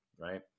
right